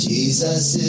Jesus